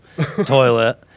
toilet